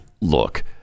Look